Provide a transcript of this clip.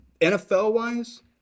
NFL-wise